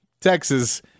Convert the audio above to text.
texas